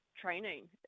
training